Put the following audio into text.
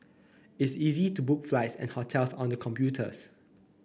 it's easy to book flights and hotels on the computers